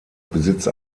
besitzt